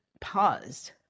paused